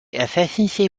efficiency